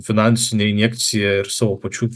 finansinę injekciją ir savo pačių